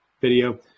video